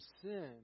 sin